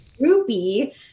groupie